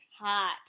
Hot